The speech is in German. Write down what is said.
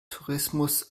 tourismus